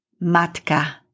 matka